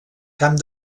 camp